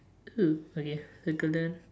oh okay circle that